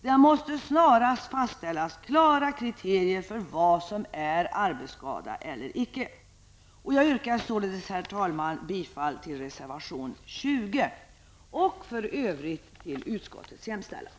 Det måste snarast fastställas klara kriterier för vad som är arbetsskada eller inte. Jag yrkar bifall till reservation 20. Herr talman! I övrigt yrkar jag bifall till utskottets hemställan.